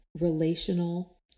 relational